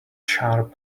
sharp